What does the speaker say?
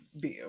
bill